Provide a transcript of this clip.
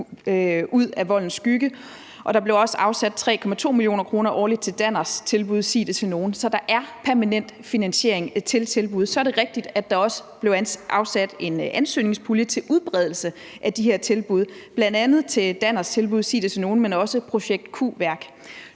»Ud af Voldens Skygge«, og der blev også afsat 3,2 mio. kr. årligt til Danners tilbud »Sig det til nogen«, så der er permanent finansiering af tilbud. Så er det rigtigt, at der også blev afsat en ansøgningspulje til udbredelse af de her tilbud, bl.a. Danners tilbud »Sig det til nogen«, men også Projekt Q-Værk.